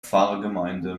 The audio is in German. pfarrgemeinde